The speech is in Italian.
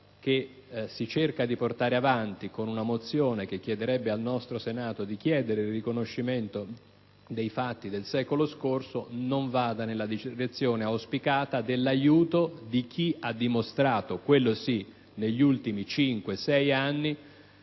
che si cerca di portare avanti con una mozione che chiederebbe al nostro Senato di esigere il riconoscimento dei fatti del secolo scorso non vada nella direzione auspicata dell'aiuto a chi ha dimostrato - quello sì - negli ultimi cinque o sei anni